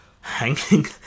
hanging